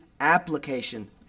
application